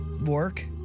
work